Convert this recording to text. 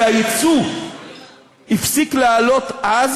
שהייצוא הפסיק לעלות אז